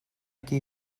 qui